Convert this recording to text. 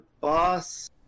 boss